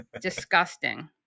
Disgusting